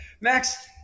Max